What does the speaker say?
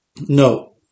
no